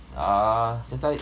ah 现在